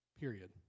Period